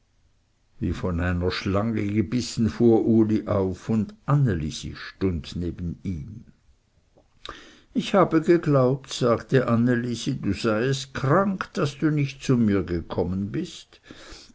wie von einer schlange gebissen fuhr uli auf und anne lisi stund neben ihm ich habe geglaubt sagte anne lisi du seiest krank daß du nicht zu mir gekommen bist